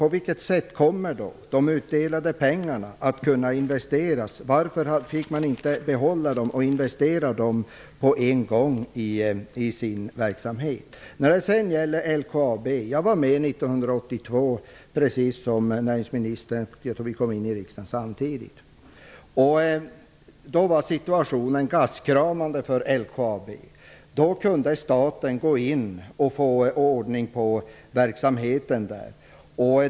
På vilket sätt kommer de utdelade pengarna att investeras? Varför gick det inte att behålla dem och investera dem på en gång i verksamheten? Låt mig när det sedan gäller LKAB säga att jag precis som näringsministern var med år 1982. Jag tror att vi kom in i riksdagen samtidigt. Då var situationen för LKAB gastkramande, men staten trädde in och fick ordning på verksamheten där.